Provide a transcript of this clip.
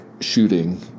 Shooting